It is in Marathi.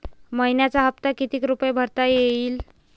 मइन्याचा हप्ता कितीक रुपये भरता येईल?